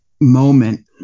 moment